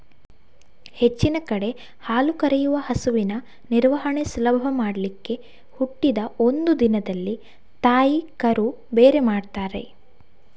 ಹೆಚ್ಚಿನ ಕಡೆ ಹಾಲು ಕರೆಯುವ ಹಸುವಿನ ನಿರ್ವಹಣೆ ಸುಲಭ ಮಾಡ್ಲಿಕ್ಕೆ ಹುಟ್ಟಿದ ಒಂದು ದಿನದಲ್ಲಿ ತಾಯಿ ಕರು ಬೇರೆ ಮಾಡ್ತಾರೆ